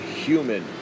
human